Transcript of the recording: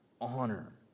honor